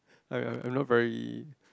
I I I not very